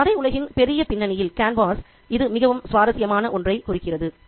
இந்த கதை உலகின் பெரிய பின்னனியில் இது மிகவும் சுவாரஸ்யமான ஒன்றைக் குறிக்கிறது